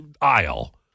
aisle